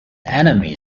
enemy